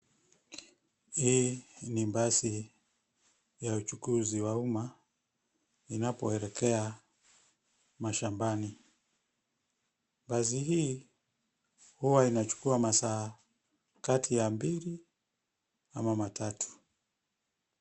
Hii ni basi ya uchukuzi wa umma inapoelekea mashambani. Basi hii huwa inachukuwa masaa kati ya mbili ama matatu.